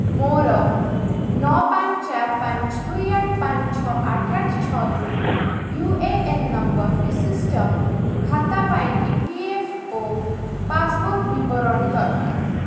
ମୋର ନଅ ପାଞ୍ଚେ ଚାରି ପାଞ୍ଚେ ଦୁଇ ଆଠେ ପାଞ୍ଚେ ଛଅ ଆଠେ ଆଠେ ଛଅ ଦୁଇ ୟୁ ଏ ଏନ୍ ନମ୍ବର ବିଶିଷ୍ଟ ଖାତା ପାଇଁ ଇ ପି ଏଫ୍ ଓ ପାସ୍ବୁକ୍ ବିବରଣୀ ଦରକାର